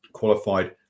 qualified